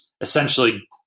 essentially